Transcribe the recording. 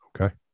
Okay